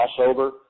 crossover